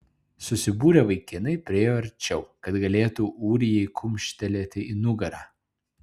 susibūrę vaikinai priėjo arčiau kad galėtų ūrijai kumštelėti į nugarą